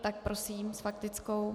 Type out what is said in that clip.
Tak prosím, s faktickou.